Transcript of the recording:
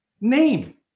name